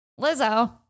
Lizzo